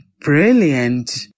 brilliant